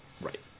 Right